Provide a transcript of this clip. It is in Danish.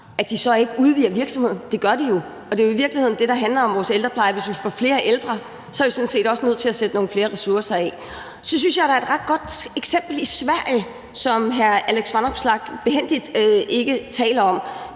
at de så ikke udvider virksomheden. Det gør de, og det er jo i virkeligheden det, det handler om i forhold til vores ældrepleje. Hvis vi får flere ældre, er vi sådan set også nødt til at sætte nogle flere ressourcer af. Så synes jeg, der er et ret godt eksempel i Sverige, som hr. Alex Vanopslagh behændigt ikke taler om.